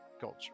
Culture